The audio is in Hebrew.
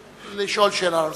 לשאול שאלה נוספת.